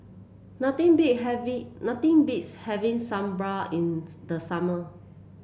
nothing beat nothing beats having Sambar in the summer